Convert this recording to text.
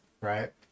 right